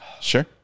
Sure